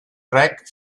track